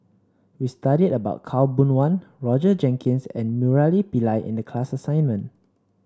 we studied about Khaw Boon Wan Roger Jenkins and Murali Pillai in the class assignment